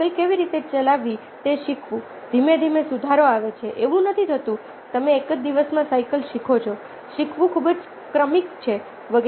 cycle કેવી રીતે ચલાવવી તે શીખવું ધીમે ધીમે સુધારો આવે છે એવું નથી થતું તમે એક જ દિવસમાં સાયકલ શીખો છો શીખવું ખૂબ જ ક્રમિક છે વગેરે